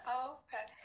okay